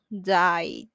died